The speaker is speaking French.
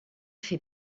fait